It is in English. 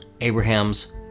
Abraham's